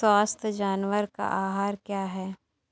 स्वस्थ जानवर का आहार क्या है?